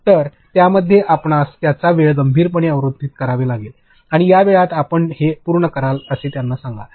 तर त्यामध्ये आपणास त्यांचा वेळ गंभीरपणे अवरोधित करावा लागेल आणि या वेळात आपण हे पूर्ण कराल असे त्यांना सांगा